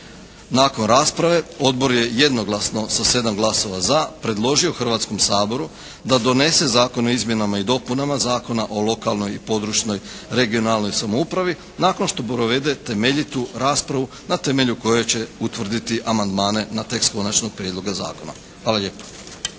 Nakon rasprave odbor je jednoglasno sa 7 glasova za predložio Hrvatskom saboru da donese Zakon o izmjenama i dopunama Zakona o lokalnoj i područnoj (regionalnoj) samoupravi nakon što provede temeljitu raspravu na temelju koje će utvrditi amandmane na tekst konačnog prijedloga zakona. Hvala lijepa.